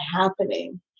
happening